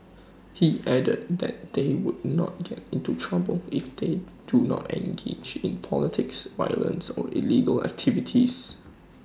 he added that they would not get into trouble if they do not engage in politics violence or illegal activities